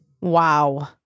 Wow